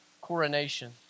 coronation